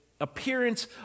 appearance